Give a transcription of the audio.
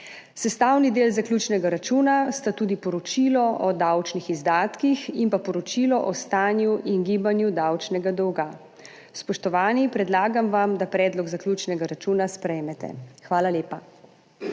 Sestavni del zaključnega računa sta tudi poročilo o davčnih izdatkih in poročilo o stanju in gibanju davčnega dolga. Spoštovani! Predlagam vam, da predlog zaključnega računa sprejmete. Hvala lepa.